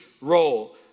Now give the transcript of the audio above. role